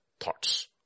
thoughts